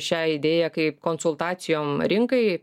šią idėją kaip konsultacijom rinkai